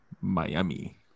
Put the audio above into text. Miami